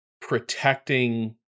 protecting